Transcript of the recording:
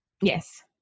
yes